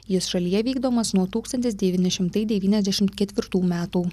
jis šalyje vykdomas nuo tūkstantis devyni šimtai devyniasdešimt ketvirtų metų